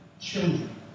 children